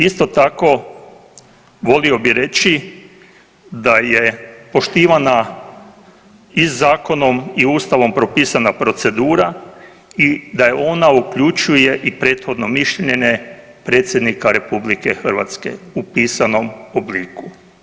Isto tako volio bih reći da je poštivana i zakonom i Ustavom propisana procedura i da ona uključuje i prethodno mišljenje Predsjednika Republike Hrvatske u pisanom obliku.